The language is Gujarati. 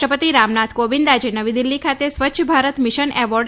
રાષ્ટ્રપતિ રામનાથ કોવિંદ આજે નવી દિલ્ફી ખાતે સ્વચ્છ ભારત મિશન એવોર્ડ